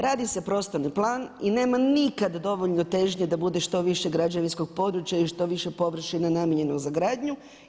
Radi se prostorni plan i nema nikad dovoljno težnje da bude što više građevinskog područja i što više površine namijenjeno za gradnju.